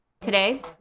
today